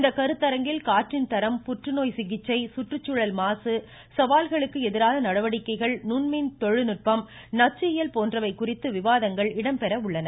இந்த கருத்தரங்கில் காற்றின் தரம் புற்றுநோய் சிகிச்சை நோய் சுற்றுச்சூழல் மாசு சவால்களுக்கு எதிரான நடவடிக்கைகள் நுண்மின் தொழில்நுட்பம் நச்சு இயல் போன்றவை குறித்து விவாதங்கள் இடம்பெற உள்ளன